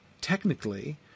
technically